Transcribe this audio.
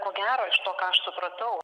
ko gero iš to ką aš supratau